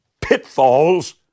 pitfalls